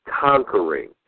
conquering